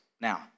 now